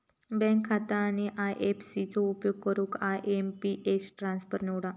bank खाता आणि IFSC चो उपयोग करून आय.एम.पी.एस ट्रान्सफर निवडा